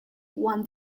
won